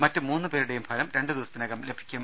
മറ്റു മൂന്നു പേരുടേയും ഫലം രണ്ടു ദിവസത്തിനകം ലഭിക്കും